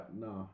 No